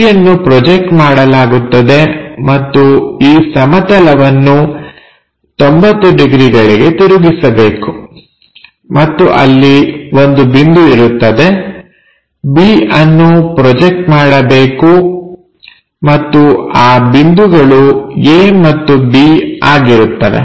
Aಯನ್ನು project ಮಾಡಲಾಗುತ್ತದೆ ಮತ್ತು ಈ ಸಮತಲವನ್ನು 90 ಡಿಗ್ರಿಗಳಿಗೆ ತಿರುಗಿಸಬೇಕು ಮತ್ತು ಅಲ್ಲಿ ಒಂದು ಬಿಂದು ಇರುತ್ತದೆ b ಅನ್ನು ಪ್ರೊಜೆಕ್ಟ್ ಮಾಡಬೇಕು ಮತ್ತು ಆ ಬಿಂದುಗಳು a ಮತ್ತು b ಆಗಿರುತ್ತವೆ